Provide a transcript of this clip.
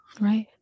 Right